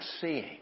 seeing